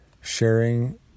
sharing